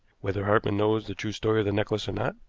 whether hartmann knows the true story of the necklace or not,